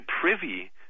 privy